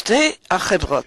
שתי החברות,